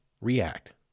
react